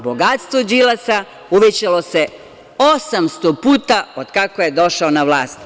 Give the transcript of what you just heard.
Bogatstvo Đilasa uvećalo se 800 puta od kako je došao na vlast.